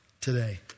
today